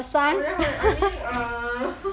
oh ya oh ya I mean err